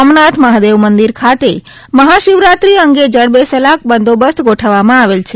સોમનાથ મહાદેવ મંદિર ખાતે મહાશિવરાત્રી અંગે જડબેસલાક બંદોબસ્ત ગોઠવવામાં આવેલ છે